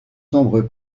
sombres